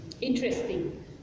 Interesting